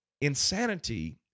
insanity